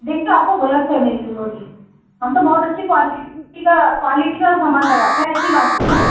دیکھیے آپ کو غلط فہمی ہوئی ہوگی ہم تو بہت اچھی کوالٹی کا کوالٹی کا سامان لگاتے ہیں ایسی بات نہیں ہے